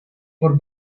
por